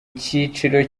cyiciro